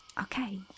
Okay